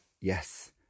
yes